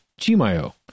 Chimayo